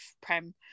Prem